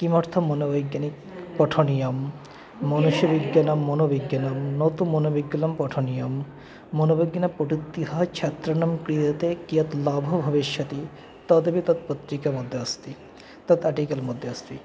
किमर्थं मनोवैज्ञनिकं पठनीयं मनुष्यविज्ञानं मनोविज्ञानं न तु मनोविज्ञानं पठनीयं मनोविज्ञानपठः छात्रणं कृते कियत् लाभः भविष्यति तदपि तत् पत्रिका मध्ये अस्ति तत् आर्टिकल् मध्ये अस्ति